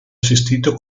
assistito